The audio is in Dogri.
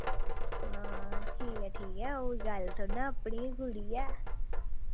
हां ठीक ऐ ठीक ऐ हून ओह् गल्ल थोह्ड़ी ना अपनी गै कुड़ी ऐ